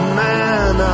man